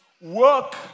work